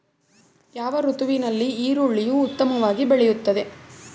ಯಾವ ಋತುವಿನಲ್ಲಿ ಈರುಳ್ಳಿಯು ಉತ್ತಮವಾಗಿ ಬೆಳೆಯುತ್ತದೆ?